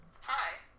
hi